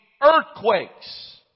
earthquakes